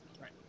Right